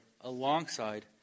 alongside